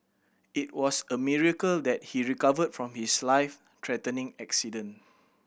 it was a miracle that he recovered from his life threatening accident